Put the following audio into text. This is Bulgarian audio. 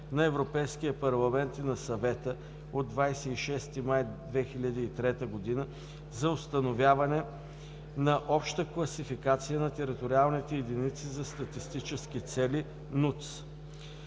на Европейския парламент и на Съвета от 26 май 2003 г. за установяване на обща класификация на териториалните единици за статистически цели